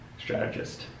strategist